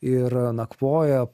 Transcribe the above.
ir nakvoja